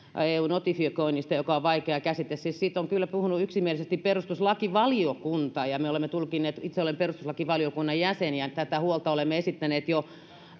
eu notifioinnista joka on vaikea käsite siis siitä on kyllä puhunut yksimielisesti perustuslakivaliokunta ja me olemme tulkinneet asiaa itse olen perustuslakivaliokunnan jäsen ja tätä huolta olemme esittäneet jo